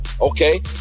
Okay